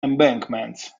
embankments